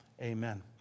Amen